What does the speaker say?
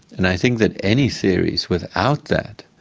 and i think that any theories without that,